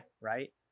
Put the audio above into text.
Right